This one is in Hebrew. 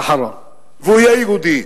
והוא יהיה יהודי.